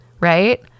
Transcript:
right